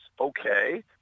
okay